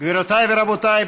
גבירותיי ורבותיי,